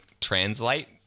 translate